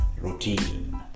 routine